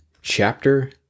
chapter